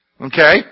Okay